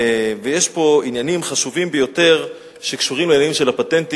ויש פה עניינים חשובים ביותר שקשורים לעניינים של הפטנטים.